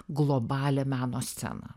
globalią meno sceną